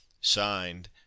Signed